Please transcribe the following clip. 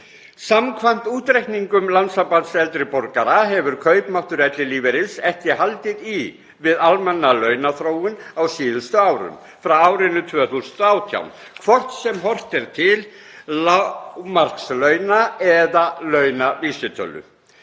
Samkvæmt útreikningum Landssambands eldri borgara hefur kaupmáttur ellilífeyris ekki haldið í við almenna launaþróun á síðustu árum, frá árinu 2018, hvort sem horft er til lágmarkslauna eða launavísitölu,